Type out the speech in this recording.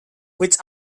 which